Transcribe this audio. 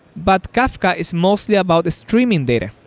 but kafka is mostly about streaming data.